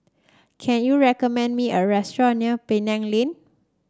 can you recommend me a restaurant near Penang Lane